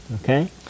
Okay